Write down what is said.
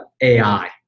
AI